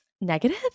negative